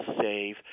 save